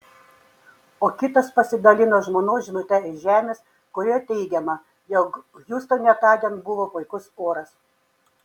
o kitas pasidalino žmonos žinute iš žemės kurioje teigiama jog hjustone tądien buvo puikus oras